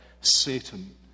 Satan